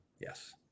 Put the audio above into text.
Yes